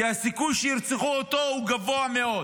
כי הסיכוי שירצחו אותו הוא גבוה מאוד,